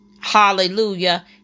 Hallelujah